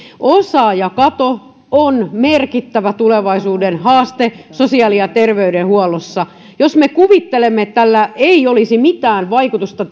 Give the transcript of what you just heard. osaajakato on merkittävä tulevaisuuden haaste sosiaali ja terveydenhuollossa jos me kuvittelemme että tällä uudella esityksellä ei olisi mitään vaikutusta